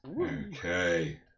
okay